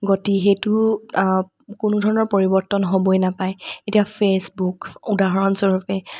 গতি সেইটো কোনো ধৰণৰ পৰিৱৰ্তন হ'বই নাপায় এতিয়া ফেচবুক উদাহৰণস্বৰূপে